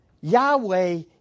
Yahweh